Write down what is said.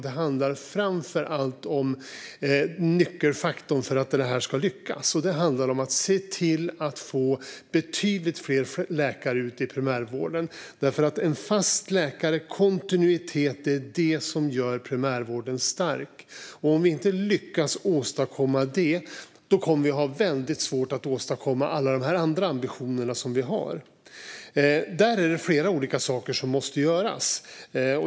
Det handlar framför allt om nyckelfaktorn för att detta ska lyckas: att se till att få betydligt fler läkare ut i primärvården. En fast läkare och kontinuitet är nämligen det som gör primärvården stark. Om vi inte lyckas åstadkomma det kommer vi att ha väldigt svårt att förverkliga alla andra ambitioner som vi har. Där är det flera olika saker som måste göras.